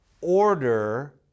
order